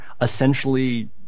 essentially